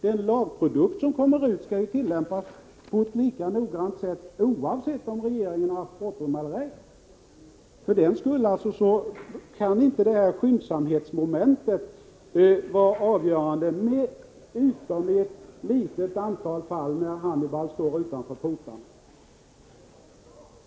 Den lagprodukt som kommer ut skall tillämpas på ett lika noggrant sätt, oavsett om regeringen har haft bråttom eller ej. För den skull kan inte skyndsamhetsmomentet vara avgörande, utom i ett litet antal fall när Hannibal står utanför portarna!